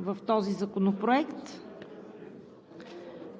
в този законопроект,